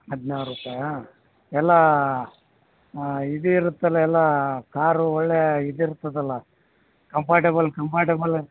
ಹದಿನಾರು ರೂಪಾಯಿ ಎಲ್ಲ ಇದು ಇರುತ್ತಲ್ಲ ಎಲ್ಲ ಕಾರು ಒಳ್ಳೆಯ ಇದಿರ್ತದಲ್ಲ ಕಂಫಟೇಬಲ್ ಕಂಫಟೇಬಲ್